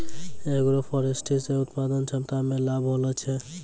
agroforestry से उत्पादन क्षमता मे लाभ होलो छै